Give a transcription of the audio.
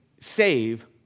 save